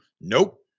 Nope